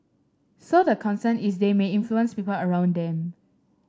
so the concern is they may influence people around them